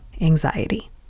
anxiety